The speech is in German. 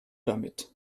damit